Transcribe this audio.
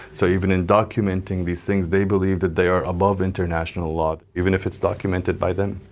so even in documenting these things, they believe that they are above international law, even if it's documented by them.